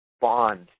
bond